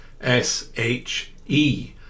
S-H-E